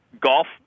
Golf